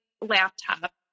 laptop